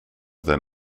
than